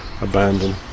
abandon